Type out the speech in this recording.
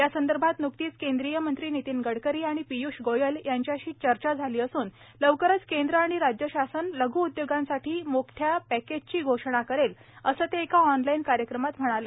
या संदर्भात न्कतीच केंद्रीय मंत्री नितीन गडकरीआणि पीय्ष गोयल यांच्याशी चर्चा झाली असून लवकरच केंद्र आणि राज्य शासन लघ् उद्योगांसाठी मोठ्या पॅकेजची घोषणा करेल असं ते एका ऑनलाईन कार्यक्रमात म्हणाले